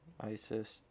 ISIS